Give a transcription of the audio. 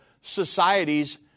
societies